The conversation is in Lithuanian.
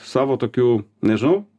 savo tokių nežinau